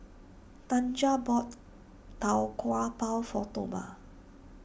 Tanja bought Tau Kwa Pau for Toma